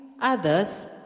others